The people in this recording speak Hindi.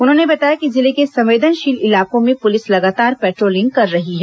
उन्होंने बताया कि जिले के संवेदनशील इलाकों मे पुलिस लगातार पेट्रोलिंग कर रही है